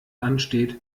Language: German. ansteht